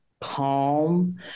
calm